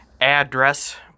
address